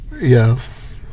yes